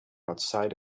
outside